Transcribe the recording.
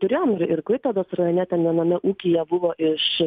turėjom ir klaipėdos rajone ten viename ūkyje buvo iš